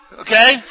Okay